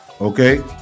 Okay